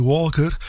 Walker